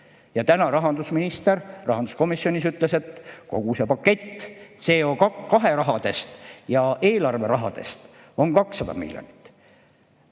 ja täna rahandusminister rahanduskomisjonis ütles, et kogu see pakett – CO2rahad ja eelarverahad – on 200 miljonit,